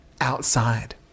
outside